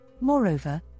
moreover